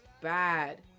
bad